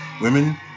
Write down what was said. Women